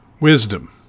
Wisdom